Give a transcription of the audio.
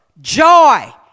joy